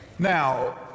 Now